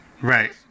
Right